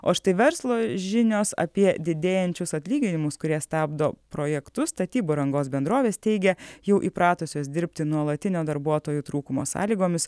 o štai verslo žinios apie didėjančius atlyginimus kurie stabdo projektus statybų rangos bendrovės teigia jau įpratusios dirbti nuolatinio darbuotojų trūkumo sąlygomis